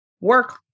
work